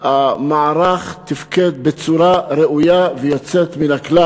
המערך תפקד בצורה ראויה ויוצאת מן הכלל.